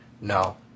no